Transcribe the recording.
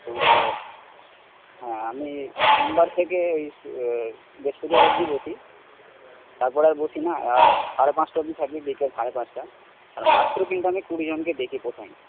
তো হ্যাঁ আমি সোমবার থেকে ওই বৃহস্পতিবার অবধি বসি তারপর আর বসি না আর সাড়ে পাঁচটা অবধি থাকি বিকেল সাড়ে পাঁচটা আর মাত্র কিন্তু আমি কুড়িজনকে দেখি প্রথম